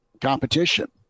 competition